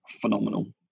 phenomenal